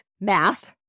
math